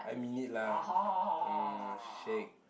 I mean it lah orh shag